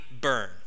burn